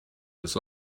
this